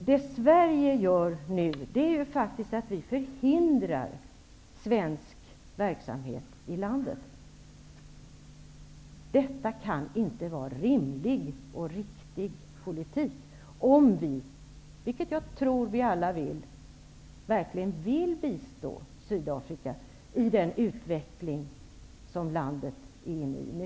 I Sverige förhindrar vi nu faktiskt svensk verksamhet i landet. Detta kan inte vara en rimlig och riktig politik om vi verkligen vill -- vilket jag tror att vi gör -- bistå Sydafrika i den utveckling som landet är inne i nu.